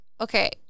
Okay